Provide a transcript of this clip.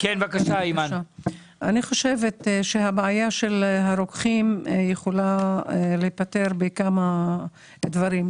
אני חושבת שהבעיה של הרוקחים יכולה להיפתר על ידי כמה דברים.